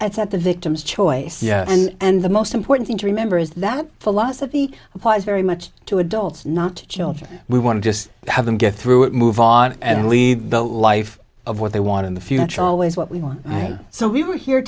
at the victim's choice yeah and the most important thing to remember is that philosophy applies very much to adults not children we want to just have them get through it move on and leave the life of what they want in the future always what we want so we were here